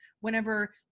whenever